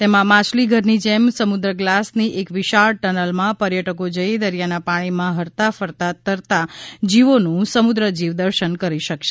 તેમાં માછલીઘરની જેમ સમુદ્ર ગ્લાસની એક વિશાળ ટનલમાં પર્યટકો જઇ દરિયાના પાણીમાં હરતા ફરતા તરતા જીવોનું સમુદ્ર જીવ દર્શન કરી શકશે